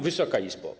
Wysoka Izbo!